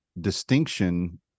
distinction